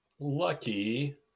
Lucky